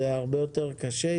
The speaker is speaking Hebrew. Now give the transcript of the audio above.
זה הרבה יותר קשה?